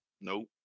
Nope